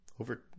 over